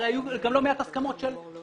הרי היו גם לא מעט הסכמות של או-קיי,